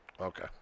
okay